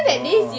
orh